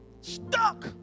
Stuck